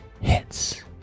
Hits